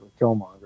Killmonger